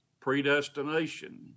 predestination